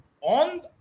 on